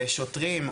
לשוטרים,